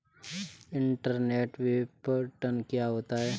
Internet विपणन क्या होता है?